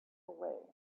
away